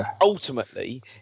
ultimately